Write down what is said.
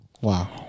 Wow